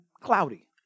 cloudy